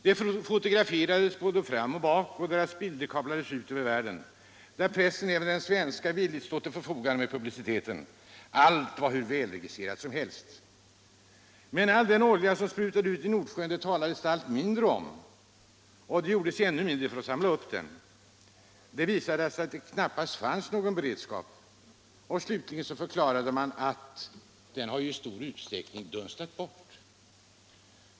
De fotograferades både fram och bak, och deras bilder kablades ut över världen, där pressen — även den svenska - villigt stod till förfogande med publiciteten. Allt var hur välregisserat som helst. Men all den olja som sprutade ut i Nordsjön talades det allt mindre — Nr 127 om, och det gjordes ännu mindre för att samla upp den. Det visade Tisdagen den sig att det knappast fanns någon beredskap. Slutligen förklarade man 10 maj 1977 att oljan i stor utsträckning hade dunstat bort.